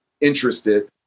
interested